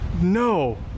no